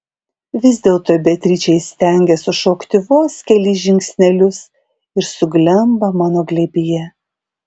vis dėlto beatričė įstengia sušokti vos kelis žingsnelius ir suglemba mano glėbyje